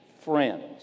friends